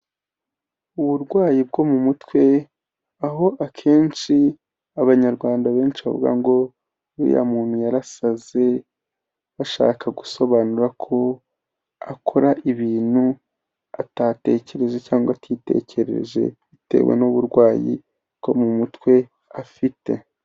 Uburwayi bwo mu mutwe, aho akenshi abanyarwanda benshi bavuga ngo ''uriya muntu yarasaze'' bashaka gusobanura ko akora ibintu atatekereje cyangwa atitekerereje bitewe n'uburwayi bwo mu mutwe afite.